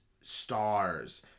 stars